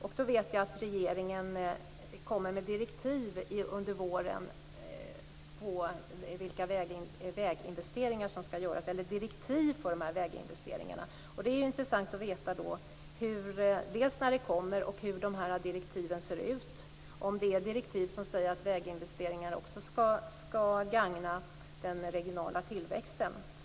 Jag vet att regeringen under våren kommer med direktiv för de väginvesteringar som skall göras, och det vore då intressant att veta dels när de kommer, dels hur direktiven ser ut, om det är direktiv som säger att väginvesteringar också skall gagna den regionala tillväxten.